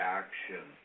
action